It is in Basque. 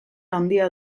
handia